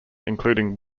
including